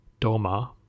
doma